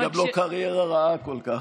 וגם לא קריירה רעה כל כך.